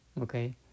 Okay